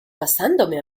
pasándome